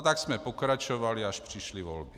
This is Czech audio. Tak jsme pokračovali, až přišly volby.